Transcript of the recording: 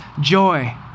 joy